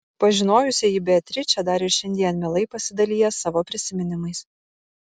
pažinojusieji beatričę dar ir šiandien mielai pasidalija savo prisiminimais